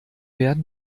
werden